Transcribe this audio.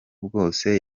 bwose